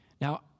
Now